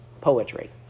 poetry